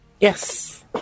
Yes